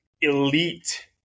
elite